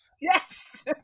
yes